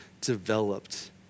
developed